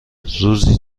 روزی